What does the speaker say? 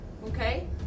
Okay